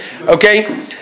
okay